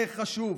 זה חשוב.